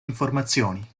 informazioni